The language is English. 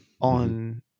on